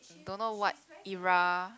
don't know what era